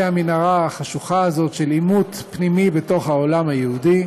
המנהרה החשוכה הזאת של עימות פנימי בתוך העולם היהודי,